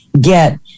get